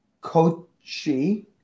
Kochi